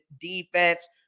defense